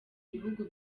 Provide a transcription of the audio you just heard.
bihugu